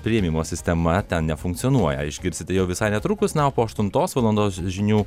priėmimo sistema ten nefunkcionuoja išgirsite jau visai netrukus na o po aštuntos valandos žinių